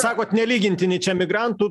sakot nelygintini migrantų